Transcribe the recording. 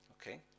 okay